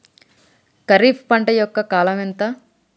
ఖరీఫ్ పంట యొక్క కాలం ఎంత?